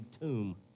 tomb